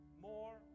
more